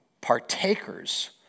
partakers